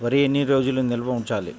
వరి ఎన్ని రోజులు నిల్వ ఉంచాలి?